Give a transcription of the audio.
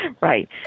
Right